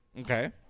Okay